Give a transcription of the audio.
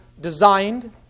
designed